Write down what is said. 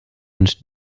und